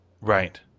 Right